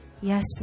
Yes